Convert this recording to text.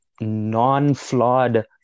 non-flawed